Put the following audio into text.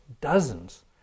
dozens